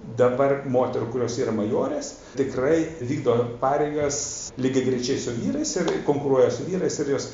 dabar moterų kurios yra majorės tikrai vykdo pareigas lygiagrečiai su vyrais ir konkuruoja su vyrais ir jos